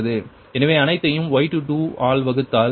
எனவே அனைத்தையும் Y22 ஆல் வகுத்தால் நீங்கள் 0